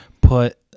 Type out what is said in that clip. put